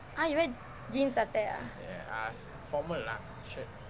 !huh! you wear jeans சட்டை:sattai ah